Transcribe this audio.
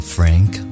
Frank